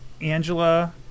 Angela